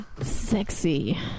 Sexy